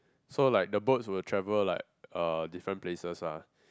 so like the boats will travel like uh different places lah